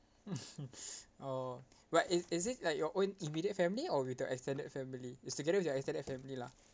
uh but it is it like your own immediate family or with your extended family is together with your extended family lah